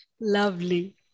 Lovely